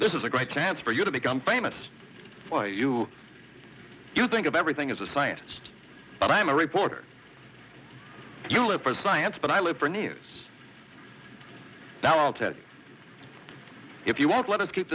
this is a great chance for you to become famous for you you think of everything as a scientist but i am a reporter for science but i live for news now i'll tell you if you won't let us keep